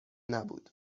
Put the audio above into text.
نبود